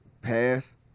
pass